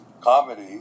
comedy